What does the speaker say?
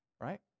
right